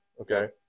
okay